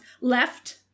left